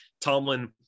Tomlin